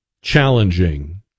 challenging